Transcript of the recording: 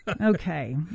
okay